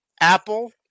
Apple